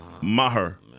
Maher